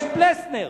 יש פלסנר.